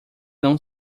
não